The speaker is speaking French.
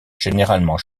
généralement